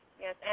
Yes